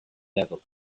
level